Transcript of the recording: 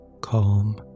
Calm